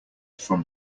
from